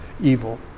evil